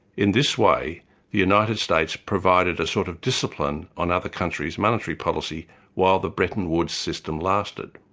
in this way, the united states provided a sort of discipline on other countries' monetary policy while the breton woods system lasted.